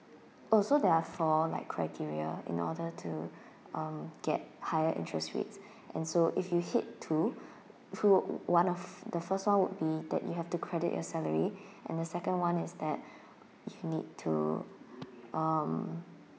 oh so there are four like criteria in order to um get higher interest rates and so if you know hit two two one of the first one would be that you have to credit your salary and the second one is that you need to um